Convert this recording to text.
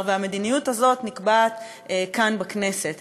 והמדיניות הזאת נקבעת כאן בכנסת.